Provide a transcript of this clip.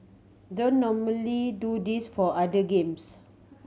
don't normally do this for other games